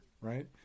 right